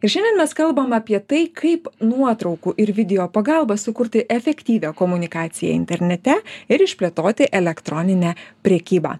ir šiandien mes kalbam apie tai kaip nuotraukų ir video pagalba sukurti efektyvią komunikaciją internete ir išplėtoti elektroninę prekybą